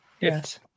Yes